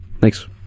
thanks